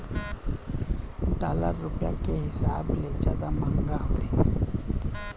dollar रुपया के हिसाब ले जादा मंहगा होथे